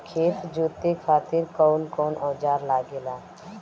खेत जोते खातीर कउन कउन औजार लागेला?